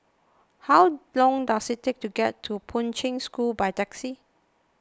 how long does it take to get to Poi Ching School by taxi